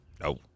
no